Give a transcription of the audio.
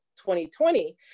2020